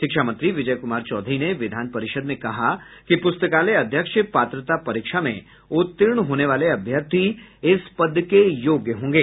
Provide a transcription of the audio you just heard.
शिक्षा मंत्री विजय कुमार चौधरी ने विधान परिषद में कहा कि प्रस्तकालयाध्यक्ष पात्रता परीक्षा में उत्तीर्ण होने वाले अभ्यर्थी इस पद के योग्य होंगे